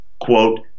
quote